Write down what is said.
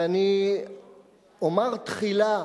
ואני אומר תחילה